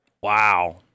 Wow